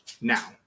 now